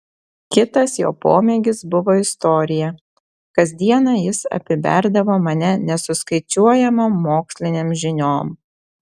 kitas jo pomėgis buvo istorija kasdieną jis apiberdavo mane nesuskaičiuojamom mokslinėm žiniom